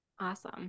Awesome